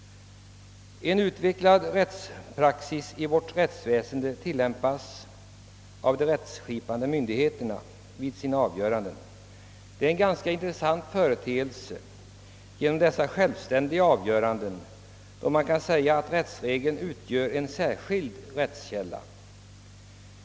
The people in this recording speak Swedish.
En utvecklad rättspraxis i vårt rättsväsende tillämpas av de rättskipande myndigheterna vid deras avgöranden. Dessa självständiga avgöranden är en intressant företeelse, då man kan säga att rättsregeln utgör en särskild rättskälla.